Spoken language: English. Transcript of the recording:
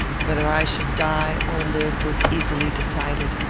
whether i should die or live was easily decided.